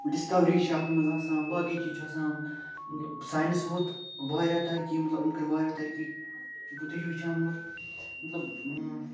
discovery چھِ اَتھ منٛز آسان باقٕے چیٖز چھِ آسان مطلب ساینس ووت واریاہ ترقی مطلب یِم کٔر واریاہ ترقی تُہۍ چھِو وٕچھان مطلب مطلب